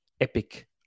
Epic